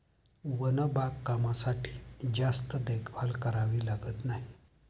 one बागकामासाठी जास्त देखभाल करावी लागत नाही